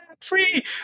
free